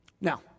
Now